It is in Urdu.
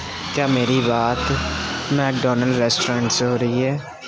کیا میری بات میکڈونلڈ ریسٹورینٹ سے ہو رہی ہے